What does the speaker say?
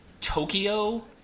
tokyo